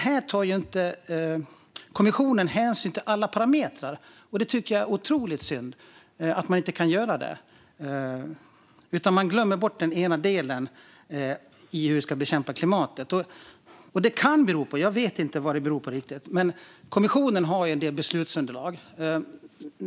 Men här tar kommissionen inte hänsyn till alla parametrar, och jag tycker att det är otroligt synd att man inte gör det. Man glömmer bort den ena delen när det gäller att bekämpa klimathotet. Jag vet inte riktigt vad det beror på, men kommissionen har ett beslutsunderlag.